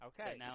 Okay